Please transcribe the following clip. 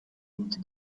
into